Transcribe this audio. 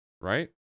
right